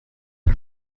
are